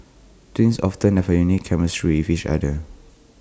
twins often have A unique chemistry with each other